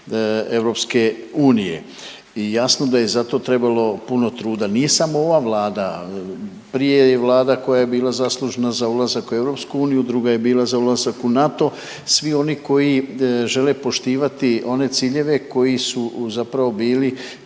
demokraciji EU i jasno da je za to trebalo puno truda. Nije samo ova vlada, prije je vlada koja je bila zaslužna za ulazak u EU, druga je bila za ulazak u NATO, svi oni koji žele poštivati one ciljeve koji su zapravo bili